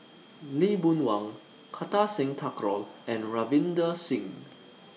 Lee Boon Wang Kartar Singh Thakral and Ravinder Singh